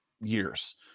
years